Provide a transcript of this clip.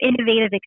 innovative